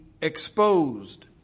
exposed